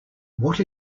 what